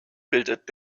bildet